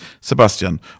Sebastian